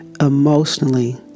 emotionally